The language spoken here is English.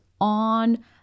on